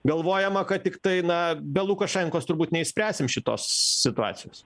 galvojama kad tiktai na be lukašenkos turbūt neišspręsim šitos situacijos